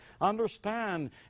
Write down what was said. understand